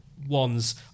ones